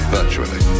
virtually